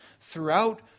throughout